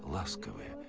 moscow